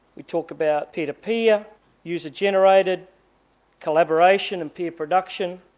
we talk about peer-to-peer user generated collaboration and peer production,